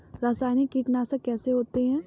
रासायनिक कीटनाशक कैसे होते हैं?